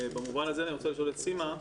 במובן הזה אני רוצה לשאול את סימה,